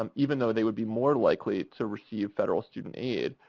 um even though they would be more likely to receive federal student aid,